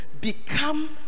become